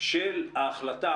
של ההחלטה